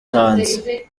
hanze